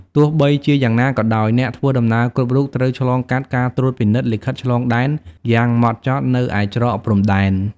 ទោះបីជាយ៉ាងណាក៏ដោយ អ្នកធ្វើដំណើរគ្រប់រូបត្រូវឆ្លងកាត់ការត្រួតពិនិត្យលិខិតឆ្លងដែនយ៉ាងម៉ត់ចត់នៅឯច្រកព្រំដែន។